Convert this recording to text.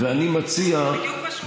זה בדיוק מה שהוא אמר.